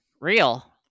Real